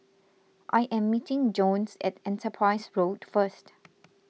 I am meeting Jones at Enterprise Road first